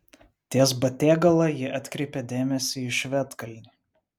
ties batėgala ji atkreipė dėmesį į švedkalnį